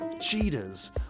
cheetahs